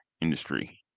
industry